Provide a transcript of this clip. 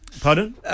Pardon